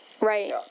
Right